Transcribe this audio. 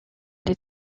les